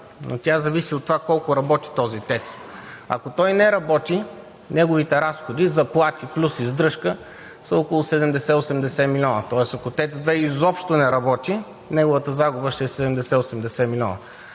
но тя зависи от това колко работи този ТЕЦ. Ако той не работи, неговите разходи – заплати плюс издръжка, са около 70 – 80 милиона. Тоест, ако ТЕЦ 2 изобщо не работи, неговата загуба ще е 70 – 80 милиона.